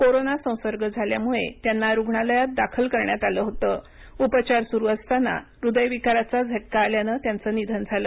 corona संसर्ग झाल्यामुळे त्यांना रुग्णालयात दाखल करण्यात आलं होतं उपचार सुरु असताना हृदय विकाराचा झटका आल्यानं त्यांचं निधन झालं